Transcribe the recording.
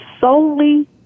solely